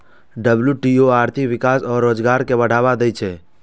WTO आर्थिक विकास आ रोजगार कें बढ़ावा दै छै